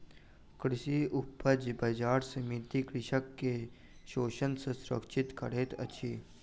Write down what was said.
कृषि उपज बजार समिति कृषक के शोषण सॅ सुरक्षित करैत अछि